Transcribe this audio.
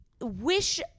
wish